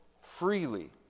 freely